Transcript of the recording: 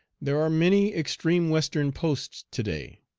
there are many extreme western posts to-day.